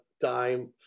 time